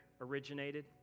originated